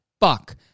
Fuck